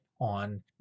on